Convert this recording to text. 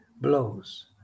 blows